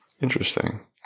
Interesting